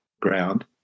ground